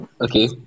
Okay